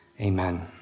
Amen